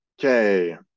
Okay